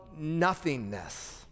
nothingness